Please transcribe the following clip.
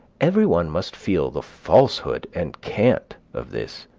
every one must feel the falsehood and cant of this.